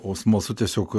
o smalsu tiesiog